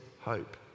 hope